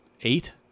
eight